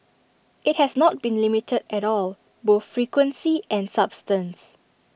IT has not been limited at all both frequency and substance